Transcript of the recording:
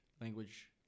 language